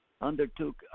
undertook